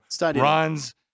runs